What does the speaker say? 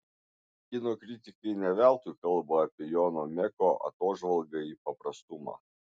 kino kritikai ne veltui kalba apie jono meko atožvalgą į paprastumą